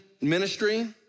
ministry